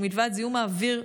ומלבד זיהום האוויר,